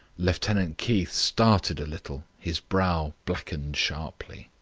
lieutenant keith started a little his brow blackened sharply.